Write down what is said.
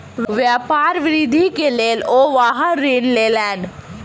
व्यापार वृद्धि के लेल ओ वाहन ऋण लेलैन